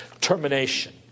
termination